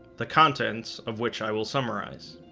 the contents of which i will summarize